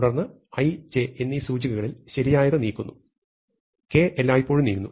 തുടർന്ന് i j എന്നീ സൂചികകളിൽ ശരിയായത് നീക്കുന്നു k എല്ലായ്പോഴും നീങ്ങുന്നു